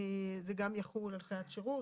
זה גם יחול על חיית שירות,